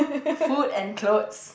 food and clothes